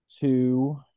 Two